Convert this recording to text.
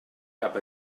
cap